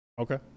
Okay